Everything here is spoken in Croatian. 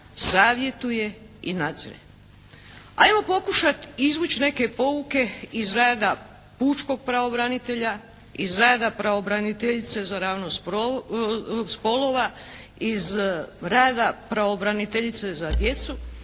savjetuje i nadzire. Ajmo pokušati izvući neke pouke iz rada pučkog pravobranitelja, iz rada pravobraniteljice za ravnopravnost spolova, iz rada pravobraniteljice za djecu